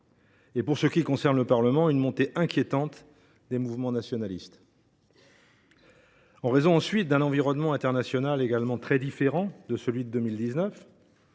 et, pour ce qui concerne le Parlement, une montée inquiétante des mouvements nationalistes. Elle s’en distingue ensuite en raison d’un environnement international également très différent de celui de 2019,